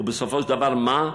ובסופו של דבר מה?